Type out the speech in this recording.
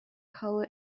color